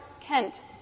Kent